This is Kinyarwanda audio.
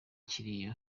kiriyo